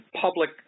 public